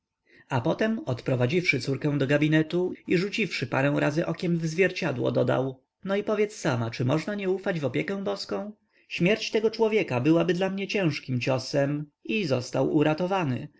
a potem odprowadziwszy córkę do gabinetu i rzuciwszy parę razy okiem w zwierciadło dodał no i powiedz sama czy można nie ufać w opiekę boską śmierć tego człowieka byłaby dla mnie ciężkim ciosem i został uratowany